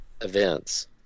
events